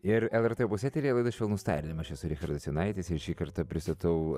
ir lrt opus eteryje laida švelnūs tardymai aš esu richardas jonaitis ir šį kartą pristatau